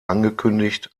angekündigt